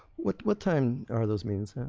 what what time are those meetings at?